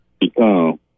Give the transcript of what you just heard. become